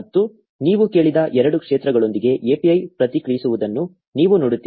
ಮತ್ತು ನೀವು ಕೇಳಿದ ಎರಡು ಕ್ಷೇತ್ರಗಳೊಂದಿಗೆ API ಪ್ರತಿಕ್ರಿಯಿಸುವುದನ್ನು ನೀವು ನೋಡುತ್ತೀರಿ